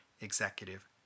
executive